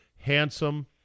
handsome